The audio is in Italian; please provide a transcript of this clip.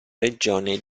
regione